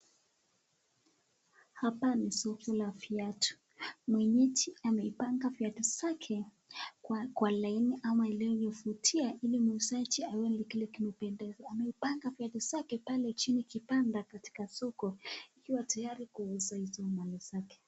Hapa ni soko la viatu, mwenyeji amepanga viatu zake kwa laini ama iliyo vutia ili muuzaji aone kile kimependeza. Amepanga viatu zake pale chini kibanda katika soko ikiwa tayari kuuza izo mali zake.